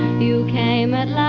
you came at last,